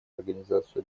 организацию